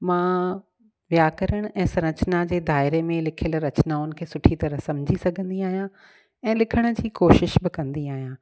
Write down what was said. मां व्याकरण ऐं सर्चना जे दाइरे में लिखियलु रचिनाउनि खे सुठी तरह सम्झी सघंदी आहियां ऐं लिखण जी कोशिशि बि कंदी आहियां